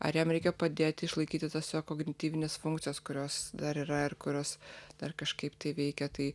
ar jam reikia padėti išlaikyti tas jo kognityvines funkcijas kurios dar yra ir kurios dar kažkaip tai veikia tai